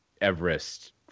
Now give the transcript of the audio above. Everest